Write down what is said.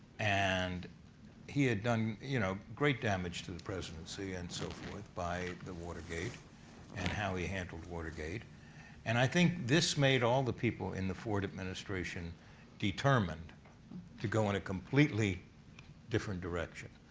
and he had done you know great damage to the presidency and so forth by the watergate and how he handled watergate and i think this made all the people in the ford administration determined to go on a completely different direction.